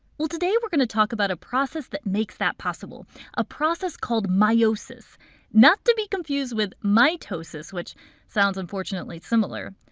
well, today we're going to talk about a process that makes that possible a process called meiosis not to be confused with mitosis, which sounds unfortunately similar.